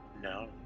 No